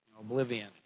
Oblivion